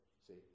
See